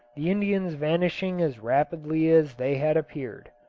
the indians vanishing as rapidly as they had appeared.